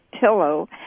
pillow